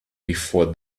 before